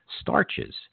starches